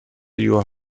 your